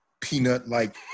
peanut-like